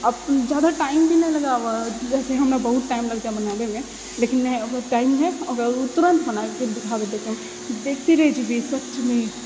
अब जादा टाइम भी नहि लगावा है जैसे हमरा बहुत टाइम लगता है बनावैमे लेकिन नहि ओकरा टाइम नहि ओ तुरन्त बनाकऽ दिखा देते कि हम देखिते रहि जेबहि सचमे